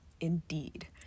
indeed